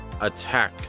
attack